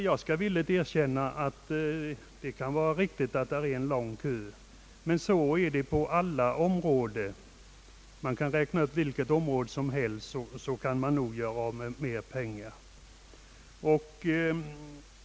Jag vill nog tro att man har en lång kö, men så är det på alla områden — vilket område vi än tänker på finns det möjligheter att göra av med ytterligare pengar.